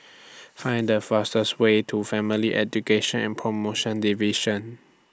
Find The fastest Way to Family Education and promotion Division